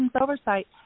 oversight